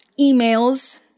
emails